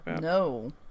No